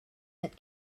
that